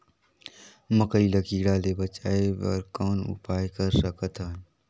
मकई ल कीड़ा ले बचाय बर कौन उपाय कर सकत हन?